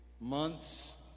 months